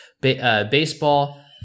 Baseball